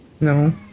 No